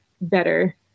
better